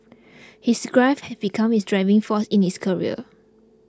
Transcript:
his grief had become his driving force in his career